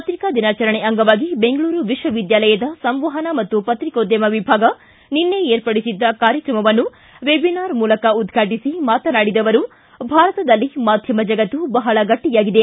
ಪತ್ರಿಕಾ ದಿನಾಚರಣೆ ಅಂಗವಾಗಿ ಬೆಂಗಳೂರು ವಿಶ್ವವಿದ್ದಾಲಯದ ಸಂವಹನಾ ಹಾಗೂ ಪತ್ರಿಕೋದ್ಯಮ ವಿಭಾಗ ನಿನ್ನೆ ಏರ್ಪಡಿಸಿದ್ದ ಕಾರ್ಯಕ್ರಮವನ್ನು ವೆಬಿನಾರ್ ಮೂಲಕ ಉದ್ಘಾಟಿಸಿ ಮಾತನಾಡಿದ ಅವರು ಭಾರತದಲ್ಲಿ ಮಾಧ್ಯಮ ಜಗತ್ತು ಬಹಳ ಗಟ್ಲಿಯಾಗಿದೆ